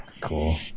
cool